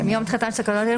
"מיום תחילתן של תקנות אלה,